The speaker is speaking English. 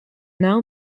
now